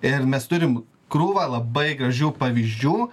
ir mes turim krūvą labai gražių pavyzdžių